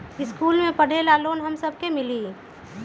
इश्कुल मे पढे ले लोन हम सब के मिली?